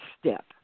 step